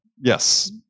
yes